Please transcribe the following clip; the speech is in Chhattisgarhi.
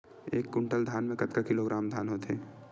एक कुंटल धान में कतका किलोग्राम धान होथे?